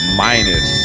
minus